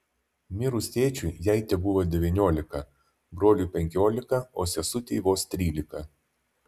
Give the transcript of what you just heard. mirus tėčiui jai tebuvo devyniolika broliui penkiolika o sesutei vos trylika